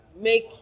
make